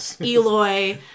Eloy